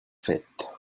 fête